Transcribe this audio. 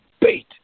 bait